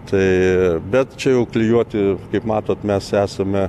tai bet čia jau klijuoti kaip matot mes esame